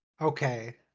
Okay